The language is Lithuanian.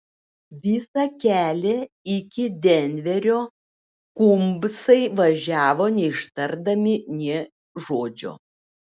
visą kelią iki denverio kumbsai važiavo neištardami nė žodžio